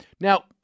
Now